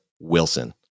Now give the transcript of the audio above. Wilson